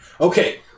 Okay